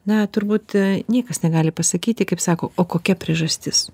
na turbūt niekas negali pasakyti kaip sako o kokia priežastis